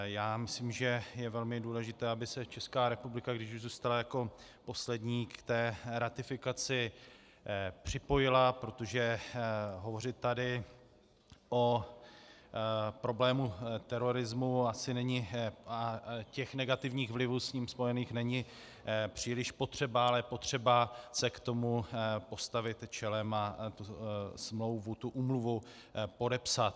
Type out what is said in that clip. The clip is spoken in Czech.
Já myslím, že je velmi důležité, aby se Česká republika, když už zůstala jako poslední, k té ratifikaci připojila, protože hovořit tady o problému terorismu a těch negativních vlivů s ním spojených není příliš potřeba, ale je potřeba se k tomu postavit čelem a tu smlouvu, tu úmluvu podepsat.